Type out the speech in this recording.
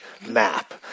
map